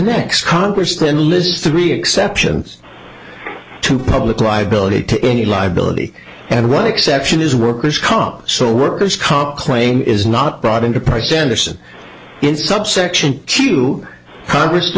next congress then lists three exceptions to public liability to any liability and one exception is worker's comp so workers comp claim is not brought into price anderson in subsection to congress to